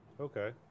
Okay